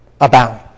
abound